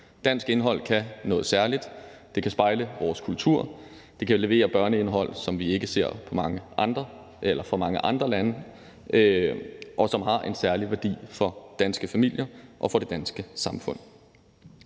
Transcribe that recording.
Dansk indhold kan noget særligt. Det kan spejle vores kultur. Det kan levere børneindhold, som vi ikke ser i mange andre lande, og som har en særlig værdi for danske familier og for det danske samfund.